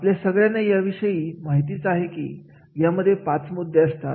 आपल्या सगळ्यांना या विषयी माहिती आहेच यामध्ये पाच मुद्दे असतात